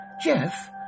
Jeff